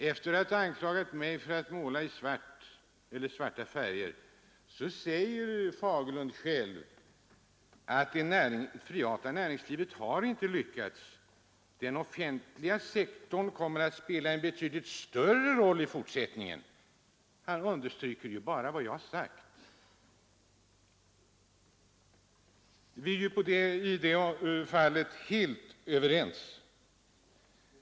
Efter att ha anklagat mig för att ha målat i svarta färger säger herr Fagerlund själv att det privata näringslivet inte har lyckats; den offentliga sektorn kommer att spela en betydligt större roll i fortsättningen. Han understryker ju bara vad jag har sagt. Vi är i det fallet helt överens.